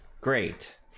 Great